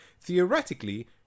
theoretically